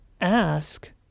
ask